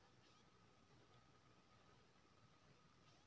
Online सावधि जमा कर सके छिये?